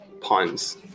puns